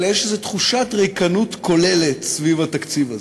אלא יש איזו תחושת ריקנות כוללת סביב התקציב הזה.